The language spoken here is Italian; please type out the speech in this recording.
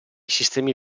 sistemi